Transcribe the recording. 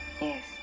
Yes